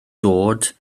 dod